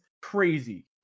crazy